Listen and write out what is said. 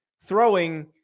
throwing